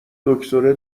دکتره